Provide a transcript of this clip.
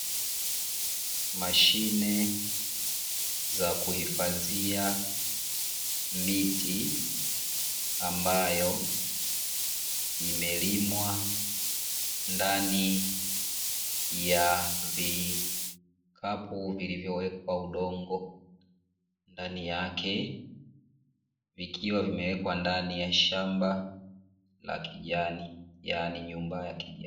Mashine za kuhifadhia miti ambayo imelimwa ndani ya vikapu vilivyowekwa udongo ndani yake vikiwa vimewekwa ndani ya shamba la kijani yani nyumba ya kijani.